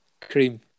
Cream